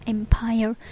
Empire